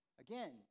Again